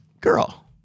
girl